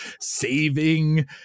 saving